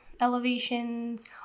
elevations